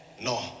No